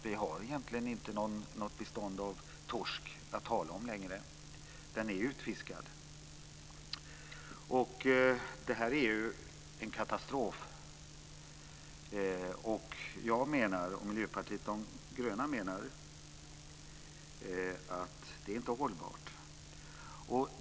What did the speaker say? Vi har egentligen inte något bestånd av torsk att tala om längre. Den är utfiskad. Det här är ju en katastrof. Jag och Miljöpartiet de gröna menar att det inte är hållbart.